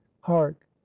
hark